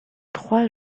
trois